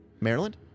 Maryland